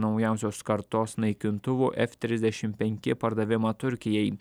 naujausios kartos naikintuvų f trisdešim penki pardavimą turkijai